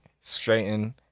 straighten